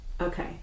Okay